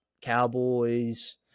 Cowboys